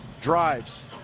drives